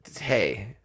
Hey